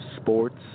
sports